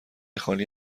خالی